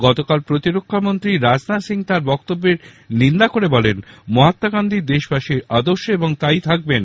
গতকাল প্রতিরক্ষামন্ত্রী রাজনাথ সিং তাঁর বক্তব্যের নিন্দা করে বলেন মহাত্মা গান্ধী দেশবাসীর আদর্শ এবং তাই থাকবেন